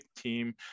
team